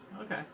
okay